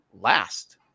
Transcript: last